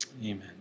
amen